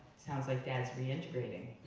sounds like dad's reintegrating.